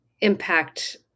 impact